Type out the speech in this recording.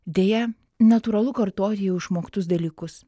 deja natūralu kartoti jau išmoktus dalykus